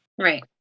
right